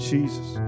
Jesus